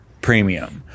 premium